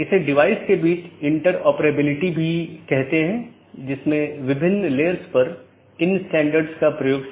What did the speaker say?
AS के भीतर इसे स्थानीय IGP मार्गों का विज्ञापन करना होता है क्योंकि AS के भीतर यह प्रमुख काम है